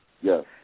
Yes